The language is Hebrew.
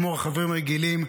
כמו רכבים רגילים.